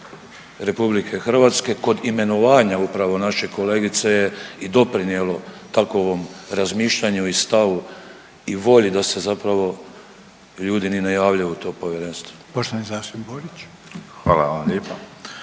Republike Hrvatske kod imenovanja upravo naše kolegice je i doprinijelo takovom razmišljanju i stavu i volji da se zapravo ljudi ni ne javljaju u to povjerenstvo. **Reiner, Željko